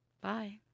Bye